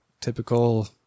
typical